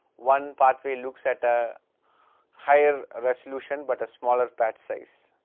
one pathway looks at a higher resolution but a small ah patch size.